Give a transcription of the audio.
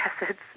acids